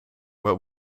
what